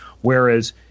whereas